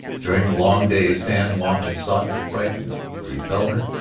during the long day san juan had sought to frighten, to repel her.